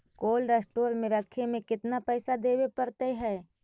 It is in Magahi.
कोल्ड स्टोर में रखे में केतना पैसा देवे पड़तै है?